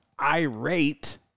irate